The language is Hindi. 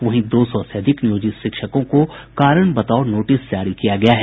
वहीं दो सौ से अधिक नियोजित शिक्षकों को कारण बताओ नोटिस जारी किया गया है